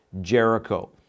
Jericho